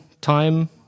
time